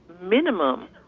minimum